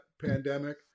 pandemic